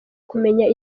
kumenya